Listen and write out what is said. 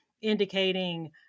indicating